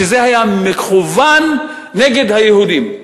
שזה היה מכוון נגד היהודים,